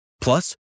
Plus